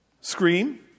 Scream